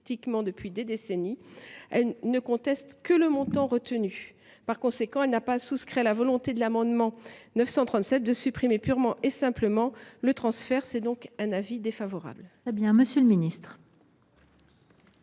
depuis des décennies : elle ne conteste que le montant retenu. Par conséquent, elle n’a pas souscrit à la volonté des auteurs de l’amendement n° 937 de supprimer purement et simplement le transfert. Avis défavorable.